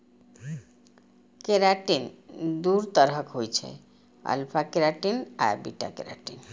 keratin दू तरहक होइ छै, अल्फा केराटिन आ बीटा केराटिन